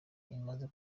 imaze